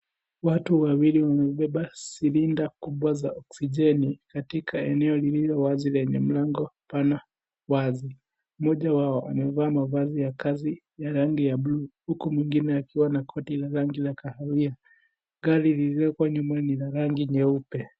Watu wawili wamebeba silinda kubwa za oksijeni, katika eneo lililowazi lenye mlango mpana wazi. Mmoja wao amevaa mavazi ya kazi ya rangi ya bluu, huku mwingine akiwa na koti la rangi ya kahawia. Gari lililoko nyuma ni la rangi nyeupe.